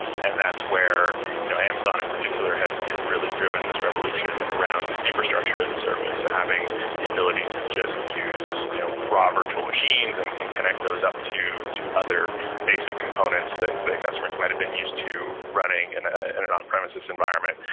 and that's where you know amazon in particular had had really driven this revolution around just infrastructure as a service. so having the ability to just use you know raw virtual machines and and connect those up to to other basic components that the customers might've been used to running in ah in an on-premises environment,